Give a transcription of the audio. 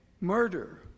murder